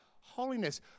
holiness